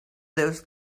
those